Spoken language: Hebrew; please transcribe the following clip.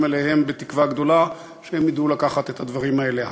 עליהם בתקווה גדולה שהם ידעו לקחת את הדברים האלה הלאה.